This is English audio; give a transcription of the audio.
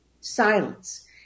Silence